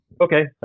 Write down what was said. Okay